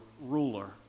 ruler